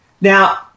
Now